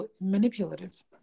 manipulative